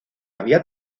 había